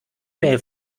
mail